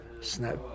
snap